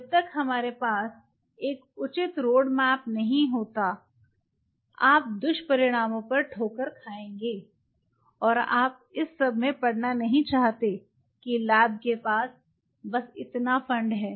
जब तक हमारे पास एक उचित रोड मैप नहीं होगा आप दुष्परिणामों पर ठोकर खाएंगे और आप इस सब में पड़ना नहीं चाहते कि लैब के पास बस इतना फंड है